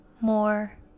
more